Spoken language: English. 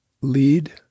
lead